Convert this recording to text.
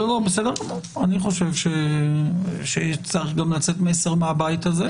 אני חושב שצריך לצאת מסר מהבית הזה,